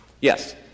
Yes